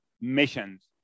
missions